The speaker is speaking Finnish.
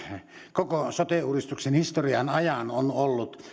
koko sote uudistuksen historian ajan on ollut